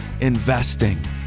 investing